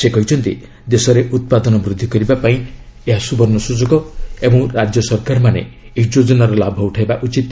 ସେ କହିଛନ୍ତି ଦେଶରେ ଉତ୍ପାଦନ ବୃଦ୍ଧି କରିବା ପାଇଁ ଏହା ସୁବର୍ଣ୍ଣ ସୁଯୋଗ ଓ ରାଜ୍ୟ ସରକାରମାନେ ଏହି ଯୋଜନାର ଲାଭ ଉଠାଇବା ଉଚିତ